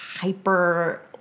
hyper